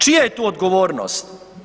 Čija je tu odgovornost?